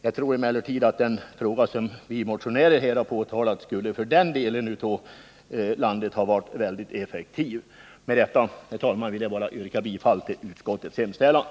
Jag tror emellertid att den åtgärd som vi motionärer tagit upp skulle för den aktuella delen av landet ha varit väldigt effektiv. Med detta, herr talman, vill jag yrka bifall till utskottets hemställan.